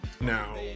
Now